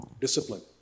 Discipline